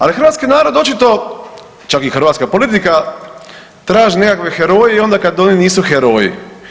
Ali hrvatski narod očito, čak i hrvatska politika traže nekakve heroje i onda kada oni nisu heroji.